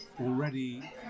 already